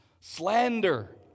slander